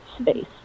space